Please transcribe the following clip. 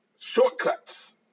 Shortcuts